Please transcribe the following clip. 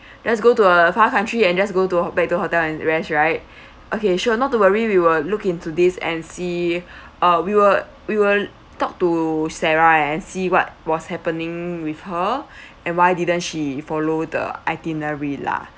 let's go to a far country and just go to back to hotel and rest right okay sure not to worry we will look into this and see uh we will we will talk to sarah and see what was happening with her and why didn't she follow the itinerary lah